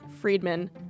Friedman